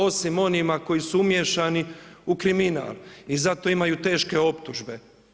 Osim onima koji su umiješani u kriminal i za to imaju teške optužbe.